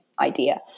idea